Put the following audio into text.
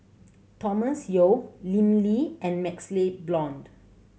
Thomas Yeo Lim Lee and MaxLe Blond